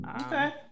Okay